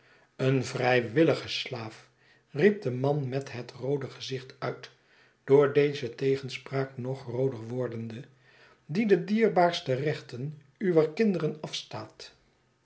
een vrijwilhge slaaf riep de man met het roode gezicht uit door deze tegenspraak nog rooder wordende die de dierbaarste rechten uwer kinderen afstaat